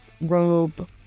robe